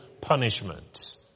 punishment